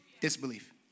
disbelief